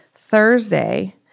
Thursday